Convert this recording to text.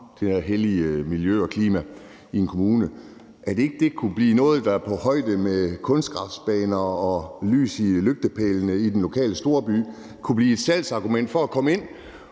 det der hellige miljø og klima i en kommune, ikke kunne blive noget, der på linje med kunstgræsbaner og lys i lygtepælene i den lokale storby kunne blive et salgsargument for at komme ind,